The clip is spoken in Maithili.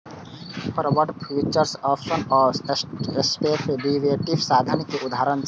फॉरवर्ड, फ्यूचर्स, आप्शंस आ स्वैप डेरिवेटिव साधन के उदाहरण छियै